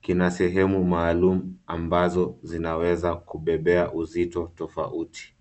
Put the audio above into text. Kina sehemu maalum ambazo zinaweza kubebea uzito tofauti.